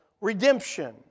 redemption